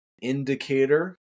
indicator